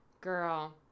girl